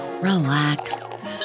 relax